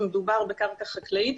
כשמדובר בקרקע חקלאית.